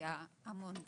היה המון דם,